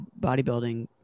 bodybuilding